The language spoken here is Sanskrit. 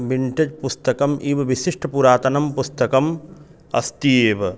मिण्टज् पुस्तकम् इव विशिष्टं पुरातनं पुस्तकम् अस्ति एव